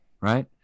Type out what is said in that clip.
right